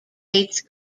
eighth